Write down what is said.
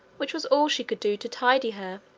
which was all she could do to tidy her.